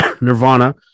Nirvana